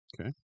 Okay